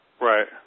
Right